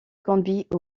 conduit